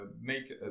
make